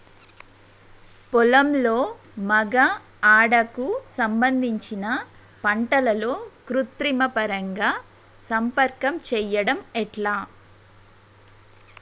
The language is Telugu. పొలంలో మగ ఆడ కు సంబంధించిన పంటలలో కృత్రిమ పరంగా సంపర్కం చెయ్యడం ఎట్ల?